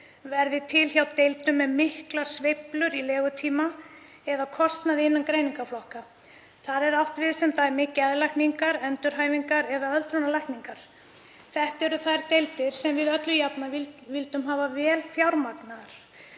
verði til hjá deildum með miklar sveiflur í legutíma eða kostnaði innan greiningarflokka. Þar er t.d. átt við geðlækningar, endurhæfingar eða öldrunarlækningar. Þetta eru þær deildir sem við viljum alla jafnan hafa vel fjármagnaðar.